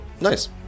nice